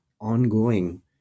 ongoing